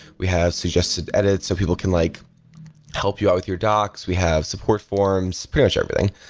we have suggested edits so people can like help you out with your docs. we have support forms. pretty much everything.